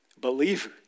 Believer